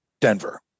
Denver